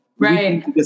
Right